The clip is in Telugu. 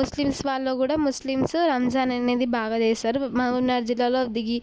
ముస్లిమ్స్ వాళ్ళ కూడా ముస్లిమ్స్ రంజాన్ అనేది బాగా చేస్తారు మహబూబ్నగర్ జిల్లాలో దిగి